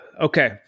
Okay